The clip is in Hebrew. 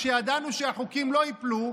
כשידענו שהחוקים לא ייפלו,